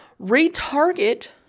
Retarget